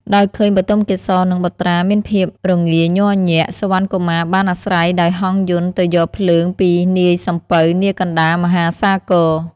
ដោយឃើញបទុមកេសរ និងបុត្រាមានភាពរងាញ័រញាក់ សុវណ្ណកុមារបានអាស្រ័យដោយហង្សយន្តទៅយកភ្លើងពីនាយសំពៅនាកណ្តាលមហាសាគរ។